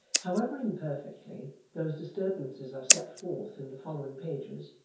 however imperfectly those disturbances are set forth in the following pages,